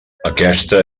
aquesta